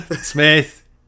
Smith